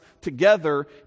together